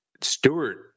Stewart